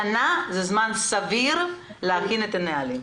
שנה זה זמן סביר להכין את הנהלים.